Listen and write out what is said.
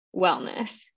wellness